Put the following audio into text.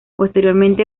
posteriormente